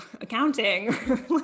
accounting